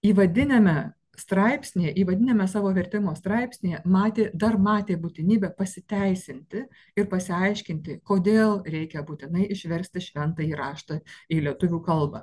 įvadiniame straipsnyje įvadiniame savo vertimo straipsnyje matė dar matė būtinybę pasiteisinti ir pasiaiškinti kodėl reikia būtinai išversti šventąjį raštą į lietuvių kalbą